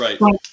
Right